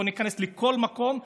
בוא ניכנס לכל מקום.